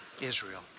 Israel